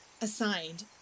assigned